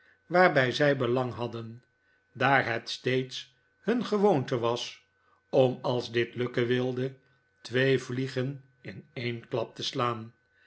waarbij zij belang hadden daar het steeds hun gewoonte was om als dit lukken wilde twee vliegen in een klap te slaan